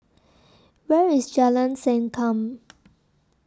Where IS Jalan Sankam